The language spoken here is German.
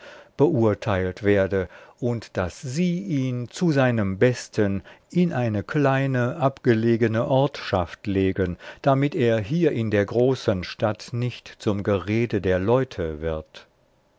beurteilt werde und daß sie ihn zu seinem besten in eine kleine abgelegene ortschaft legen damit er hier in der großen stadt nicht zum gerede der leute wird